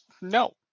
no